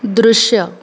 दृश्य